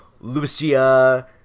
Lucia